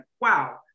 wow